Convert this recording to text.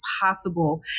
possible